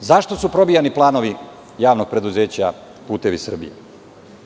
Zašto su probijani planovi JP "Putevi Srbije"?